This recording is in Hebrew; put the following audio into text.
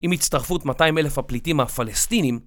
עם הצטרפות 200,000 הפליטים הפלסטינים